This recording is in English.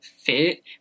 fit